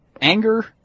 anger